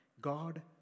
God